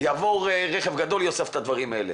יעבור רכב גדול ויאסוף את המכלים האלה.